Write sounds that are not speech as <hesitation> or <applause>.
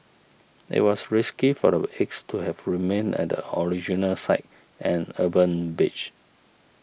it was risky for the <hesitation> eggs to have remained at the original site an urban beach